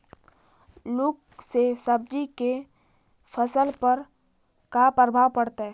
लुक से सब्जी के फसल पर का परभाव पड़तै?